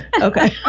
Okay